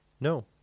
No